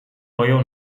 moją